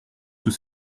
sous